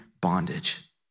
bondage